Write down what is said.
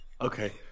Okay